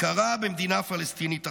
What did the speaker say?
הכרה במדינה פלסטינית עכשיו.